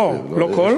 לא כל הימין.